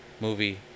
movie